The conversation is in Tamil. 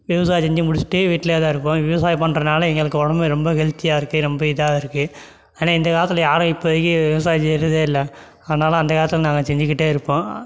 விவசாயம் செஞ்சுமுடித்துட்டு வீட்டில் தான் இருப்போம் விவசாயம் பண்றனால் எங்களுக்கு உடம்பு ரொம்ப ஹெல்த்தியாக இருக்குது ரொம்ப இதாக இருக்குது ஆனால் இந்தக் காலத்தில் யாரும் இப்பதைக்கு விவசாயம் செய்கிறதே இல்லை ஆனாலும் அந்தக் காலத்தில் நாங்கள் செஞ்சுக்கிட்டே இருப்போம்